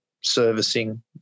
servicing